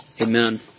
Amen